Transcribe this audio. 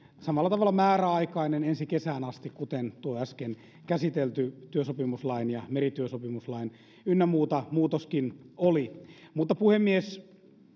samalla tavalla määräaikainen ensi kesään asti kuten tuo äsken käsitelty työsopimuslain ja merityösopimuslain ynnä muiden muutoskin oli puhemies